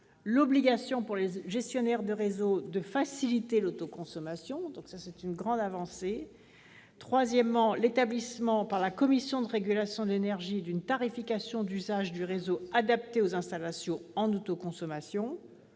l'obligation pour les gestionnaires de réseaux de faciliter l'autoconsommation, ce qui représente une grande avancée, et l'établissement par la Commission de régulation de l'énergie d'une tarification d'usage du réseau adaptée aux installations en autoconsommation.